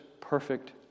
perfect